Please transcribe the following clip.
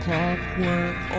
Clockwork